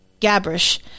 Gabrish